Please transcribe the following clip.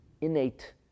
innate